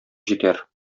җитәр